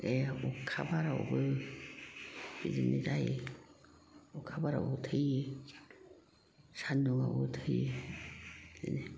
अखा बारायावबो बिदिनो जायो अखा बारायावबो थैयो सान्दुंआवबो थैयो